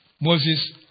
Moses